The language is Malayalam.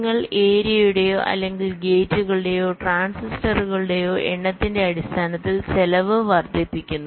നിങ്ങൾ ഏരിയയുടെയോ അല്ലെങ്കിൽ ഗേറ്റുകളുടെയോ ട്രാൻസിസ്റ്ററുകളുടെയോ എണ്ണത്തിന്റെ അടിസ്ഥാനത്തിൽ ചെലവ് വർദ്ധിപ്പിക്കുന്നു